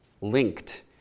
linked